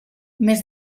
més